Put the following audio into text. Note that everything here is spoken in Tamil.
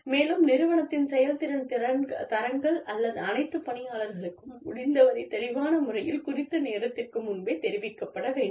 மேலும் நிறுவனத்தின் செயல்திறன் தரங்கள் அனைத்து பணியாளர்களுக்கும் முடிந்தவரை தெளிவான முறையில் குறித்த நேரத்திற்கு முன்பே தெரிவிக்கப்பட வேண்டும்